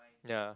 ya